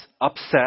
upset